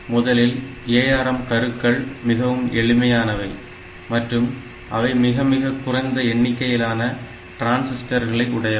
முதலில் ARM கருக்கள் மிகவும் எளிமையானவை மற்றும் அவை மிக மிக குறைந்த எண்ணிக்கையிலான டிரான்சிஸ்டர்களை உடையவை